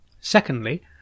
Secondly